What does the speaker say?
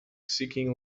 seeking